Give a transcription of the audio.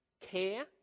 care